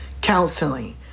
counseling